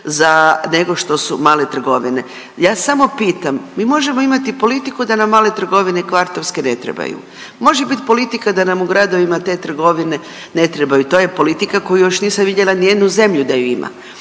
nego što su male trgovine. Ja samo pitam, mi možemo imati politiku da nam male trgovine kvartovske ne trebaju. Može biti politika da nam u gradovima te trgovine ne trebaju, to je politika koju još nisam vidjela nijednu zemlju da ju ima,